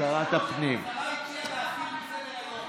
השרה הציעה להסיר מסדר-היום.